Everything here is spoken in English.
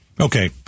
Okay